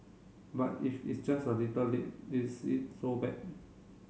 but if it's just a little late is it so bad